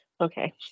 Okay